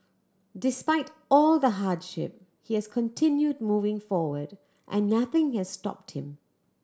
despite all the hardship he has continued moving forward and nothing has stopped him